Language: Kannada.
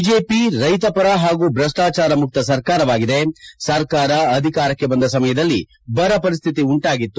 ಬಿಜೆಪಿ ರೈತಪರ ಹಾಗು ಭ್ರಷ್ಪಚಾರ ಮುಕ್ತ ಸರ್ಕಾರವಾಗಿದೆ ಸರ್ಕಾರ ಅಧಿಕಾರಕ್ಕೆ ಬಂದ ಸಮಯದಲ್ಲಿ ಬರ ಪರಿಸ್ತಿತಿ ಉಂಟಾಗಿತ್ತು